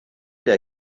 der